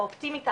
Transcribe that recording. האופטימית,